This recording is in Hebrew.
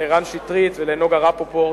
לרן שטרית ולנגה רפפורט,